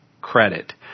credit